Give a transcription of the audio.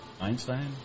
Einstein